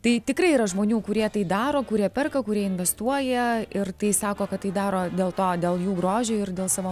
tai tikrai yra žmonių kurie tai daro kurie perka kurie investuoja ir tai sako kad tai daro dėl to dėl jų grožio ir dėl savo